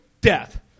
death